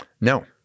No